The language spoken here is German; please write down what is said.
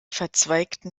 verzweigten